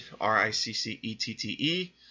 R-I-C-C-E-T-T-E